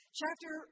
chapter